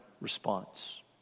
response